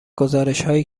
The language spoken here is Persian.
گزارشهایی